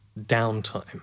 downtime